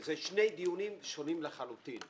אלה שני דיונים שונים לחלוטין.